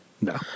No